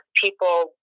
People